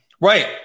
Right